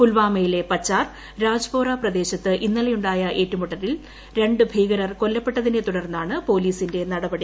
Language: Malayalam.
പുൽവാമയിലെ പചാർ രാജ്പോറ പ്രദേശത്ത് ഇന്നലെയുണ്ടായ ഏറ്റുമുട്ടലിൽ രണ്ട് ഭീകരർ കൊല്ലപ്പെട്ടതിനെ തുടർന്നാണ് പോലീസിന്റെ നടപടി